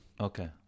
Okay